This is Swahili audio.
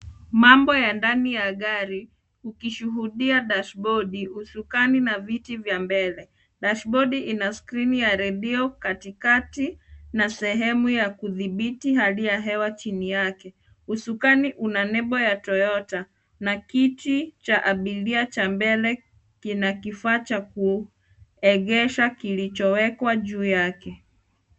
Mambo ya ndani ya gari, ukishuhudia dashibodi, usukani na viti vya mbele. Dashibodi ina skrini ya redio katikati na sehemu ya kudhibiti hali ya hewa chini yake. Usukani una nembo ya Toyota na kiti cha abiria cha mbele kina kifaa cha kuegesha kilichowekwa juu yake.